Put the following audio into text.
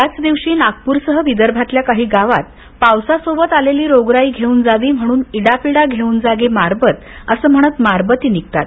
याच दिवशी नागपूरसह विदर्भातल्या काही गावात पावसासोबत आलेली रोगराई घेऊन जावी म्हणून इडा पिडा घेऊन जा गे मारबत म्हणत मारबती निघतात